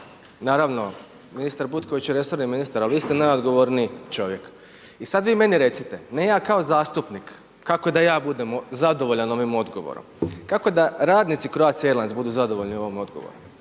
Naravno, ministar Butković je resorni ministar ali vi ste najodgovorniji čovjek i sad vi meni recite, ne ja kao zastupnik kako da ja budem zadovoljan ovim odgovorom, kako da radnici Croatie Airlinesa budu zadovoljni ovim odgovorom?